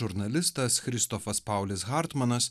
žurnalistas hristophas paulis hartmanas